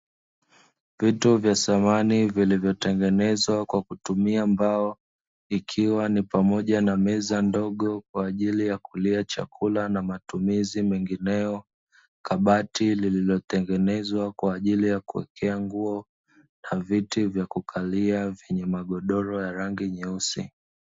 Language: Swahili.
Vitu vya samani vilivyotengenezwa kwa kutumia mbao, ikiwa ni pamoja na meza ndogo kwa ajili ya kulia chakula na matumizi mengineyo, kabati lililotengenezwa kwa ajili ya kuwekea nguo na viti vya kukalia vyenye magodoro ya rangi nyeusi.